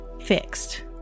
fixed